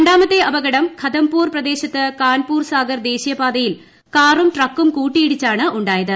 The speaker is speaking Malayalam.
രണ്ടാമത്തെ അപകടം ഘതംപൂർ പ്രദേശത്ത് കാൻപൂർ സാഗർ ദേശീയ പാതയിൽ കാറും ട്രക്കും കൂട്ടിയിടിച്ചാണ് ഉണ്ടായത്